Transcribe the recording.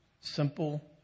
simple